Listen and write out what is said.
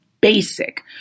basic